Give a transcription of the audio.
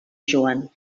joan